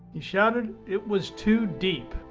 he shouted it was too deep.